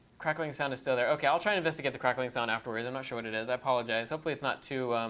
crackling sound is still there. ok, i'll try to investigate the crackling sound afterwards. i'm not sure what it is. i apologize. hopefully it's not too